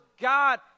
God